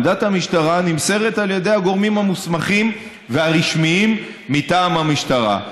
עמדת המשטרה נמסרת על ידי הגורמים המוסמכים והרשמיים מטעם המשטרה.